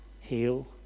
heal